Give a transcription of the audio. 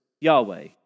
Yahweh